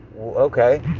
okay